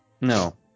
No